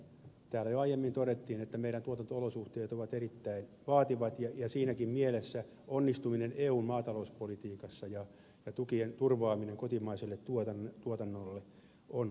täällä jo aiemmin todettiin että meidän tuotanto olosuhteemme ovat erittäin vaativat ja siinäkin mielessä onnistuminen eun maatalouspolitiikassa ja tukien turvaaminen kotimaiselle tuotannolle on oleellisen tärkeää